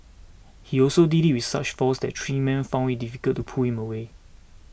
he also did it with such force that three men found it difficult to pull him away